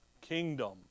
kingdom